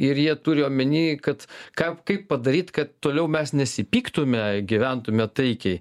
ir jie turi omeny kad ką kaip padaryt kad toliau mes nesipyktume gyventume taikiai